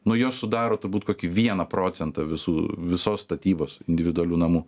nu jos sudaro turbūt kokį vieną procentą visų visos statybos individualių namų